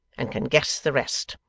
and can guess the rest.